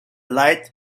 light